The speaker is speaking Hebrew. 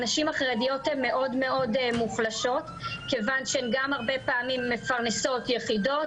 הנשים החרדיות הן מאוד מוחלשות כיוון שהן גם הרבה פעמים מפרנסות יחידות,